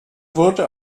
wurde